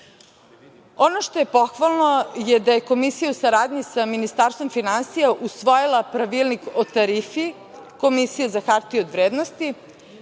što je pohvalno je da je Komisija u saradnji sa Ministarstvom finansija usvojila Pravilnik o tarifi Komisije za hartije od vrednosti.